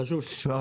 חשוב שתשמע.